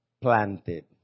planted